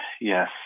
Yes